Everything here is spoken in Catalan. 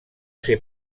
ser